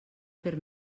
per